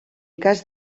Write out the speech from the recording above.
cas